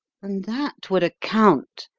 and that would account,